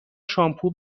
شامپو